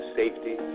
safety